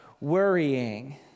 worrying